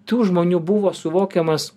tų žmonių buvo suvokiamas